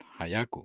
Hayaku